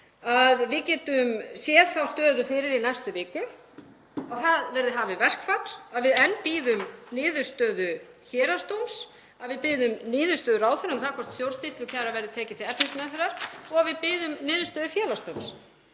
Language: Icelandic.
að við getum séð þá stöðu fyrir í næstu viku að það verði hafið verkfall, að við bíðum enn niðurstöðu héraðsdóms, að við bíðum niðurstöðu ráðherra um það hvort stjórnsýslukæra verður tekin til efnismeðferðar og að við bíðum niðurstöðu Félagsdóms.